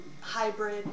hybrid